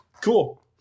Cool